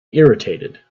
irritated